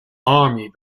army